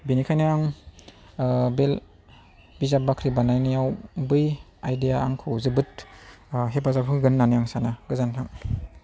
बेनिखायनो आं बे बिजाब बाख्रि बानायनायाव बै आयदाया आंखौ जोबोद हेफाजाब होगोन होननानै आं सानो गोजोनथों